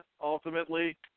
ultimately